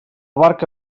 barca